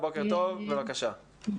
בבקשה.